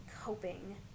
coping